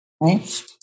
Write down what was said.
Right